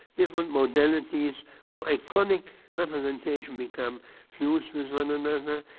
different mobilities of iconic representation become fused with one another.